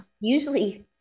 Usually